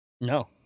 No